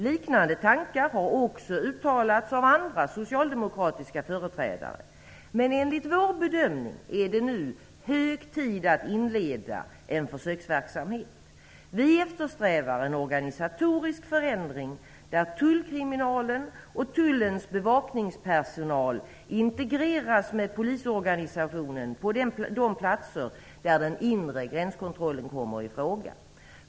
Liknande tankar har också uttalats av andra socialdemokratiska företrädare. Enligt vår bedömning är det nu hög tid att inleda en försöksverksamhet. Vi eftersträvar en organisatorisk förändring där tullkriminalen och tullens bevakningspersonal integreras med polisorganisationen på de platser där den inre gränskontrollen kommer i fråga.